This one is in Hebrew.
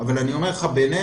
אבל אני אומר לך בינינו,